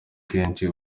kenshi